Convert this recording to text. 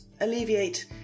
alleviate